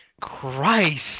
Christ